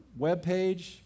webpage